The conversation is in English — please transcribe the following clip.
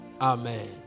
amen